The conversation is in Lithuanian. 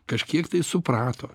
kažkiek tai suprato